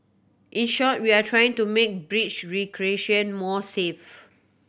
in short we are trying to make breach recreation more safe